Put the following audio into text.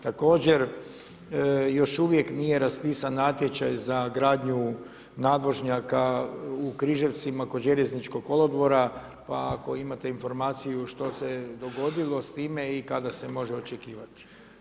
Također, još uvijek nije raspisan natječaj za gradnju nadvožnjaka u Križevcima kod željezničkog kolodvora, pa ako imate informaciju što se je dogodilo s time i kada se može očekivati.